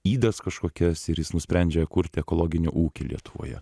ydas kažkokias ir jis nusprendžia kurti ekologinių ūkį lietuvoje